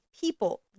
people